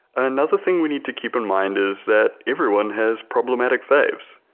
another thing we need to keep in mind is that everyone has problematic faves,